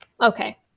Okay